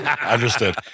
Understood